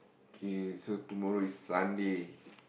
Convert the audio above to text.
okay so tomorrow is Sunday